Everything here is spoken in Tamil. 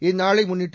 இந்நாளை முன்னிட்டு